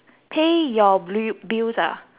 bil~ bills ah